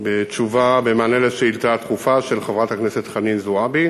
בתשובה במענה על שאילתה דחופה של חברת הכנסת חנין זועבי